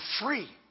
free